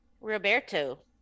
Roberto